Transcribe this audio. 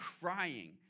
crying